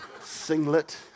Singlet